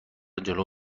جلو